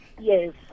Yes